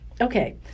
Okay